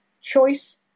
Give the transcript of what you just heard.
choice